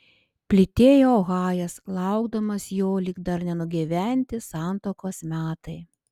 plytėjo ohajas laukdamas jo lyg dar nenugyventi santuokos metai